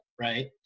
right